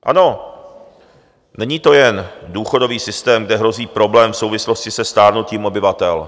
Ano, není to jen důchodový systém, kde hrozí problém v souvislosti se stárnutím obyvatel.